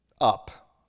up